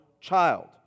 child